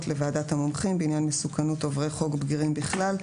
לוועדת המומחים בעניין מסוכנות עוברי חוק בגירים בכלל,